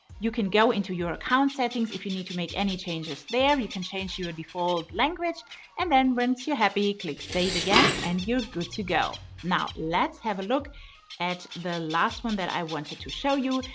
you can go into your account settings if you need to make any changes there. you can change your ah default language and then once you're happy click save again and you're good to go. now let's have a look at the last one that i wanted to show you.